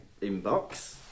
inbox